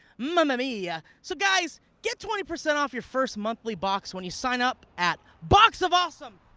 mamma mia! so guys, get twenty percent off your first monthly box when you sign up at box of awesome!